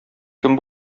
кем